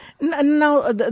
Now